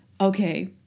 Okay